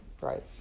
right